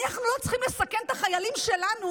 אנחנו לא צריכים לסכן את החיילים שלנו